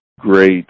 great